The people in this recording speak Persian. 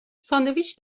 ساندویچ